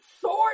sword